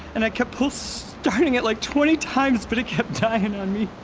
and i kept pull starting it like twenty times, but it kept dying on me